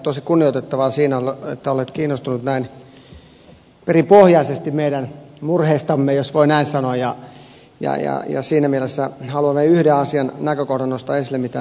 tosi kunnioitettavaa että olet kiinnostunut näin perinpohjaisesti meidän murheistamme jos voi näin sanoa ja siinä mielessä haluan nostaa esille vielä yhden näkökohdan jota en ole vielä kuullut